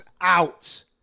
out